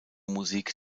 musik